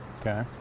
Okay